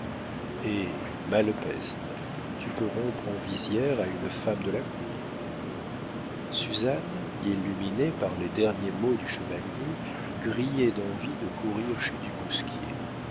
hé malepeste tu peux rompre en visière à une femme de la cour suzanne illuminée par les derniers mots du chevalier grillait d'envie de courir chez du bousquier